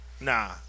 Nah